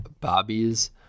Bobby's